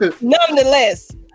nonetheless